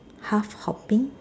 half hopping